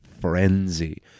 frenzy